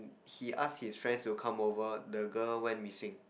he asked his friend to come over the girl went missing